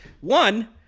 one